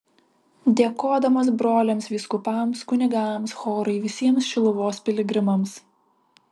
dėkodamas broliams vyskupams kunigams chorui visiems šiluvos piligrimams